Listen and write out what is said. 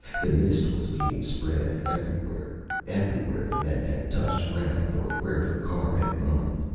the mist was being spread everywhere everywhere the men had touched ground or where their car had run.